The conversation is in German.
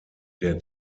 der